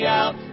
out